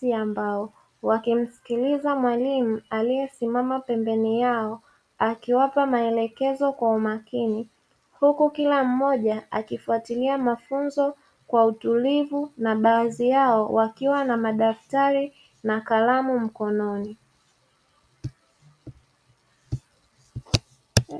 Pia ambao wakimsikiliza mwalimu aliyesimama pembeni yao akiwapa maelekezo kwa Kila mmoja akifuatilia mafunzo kwa utulivu na baadhi yao wakiwa na madaftari na kalamu mkononi.